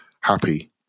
happy